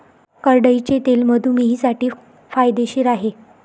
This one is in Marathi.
करडईचे तेल मधुमेहींसाठी फायदेशीर आहे